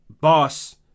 boss